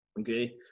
okay